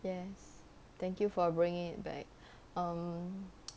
yes thank you for bringing it back um